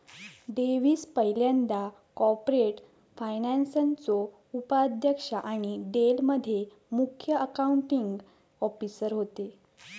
Davis पयल्यांदा corporate फायनान्सचो उपाध्यक्ष आणि डेल मध्ये मुख्य अकाउंटींग ऑफिसर होते